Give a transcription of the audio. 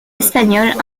espagnols